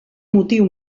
motiu